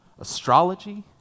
Astrology